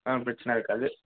பிரச்சனை இருக்காது